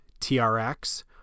trx